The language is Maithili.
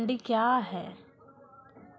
मंडी क्या हैं?